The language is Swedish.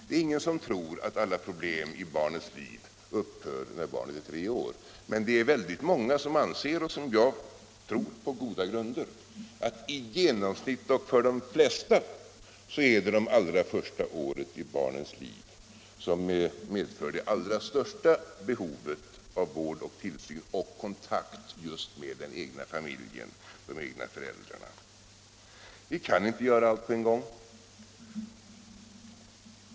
Det är ingen som tror att alla problem i ett barns liv upphör vid tre år, men många tror på goda grunder att för de flesta så föreligger under de allra första åren i ett barns liv det största behovet av vård och tillsyn och kontakt just med den egna familjen och de egna föräldrarna. Vi kan inte göra allt på en gång.